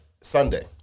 Sunday